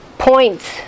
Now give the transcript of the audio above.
points